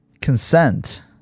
consent